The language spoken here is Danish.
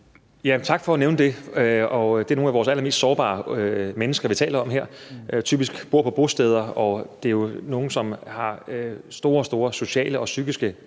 Tak for at nævne det. Det er nogle af vores allermest sårbare mennesker, vi taler om her. De bor typisk på bosteder, og det er jo nogle, som har store, store sociale og psykiske